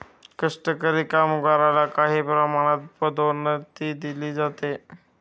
कष्टकरी कामगारला काही प्रमाणात पदोन्नतीही दिली जाते